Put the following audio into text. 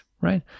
right